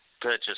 purchase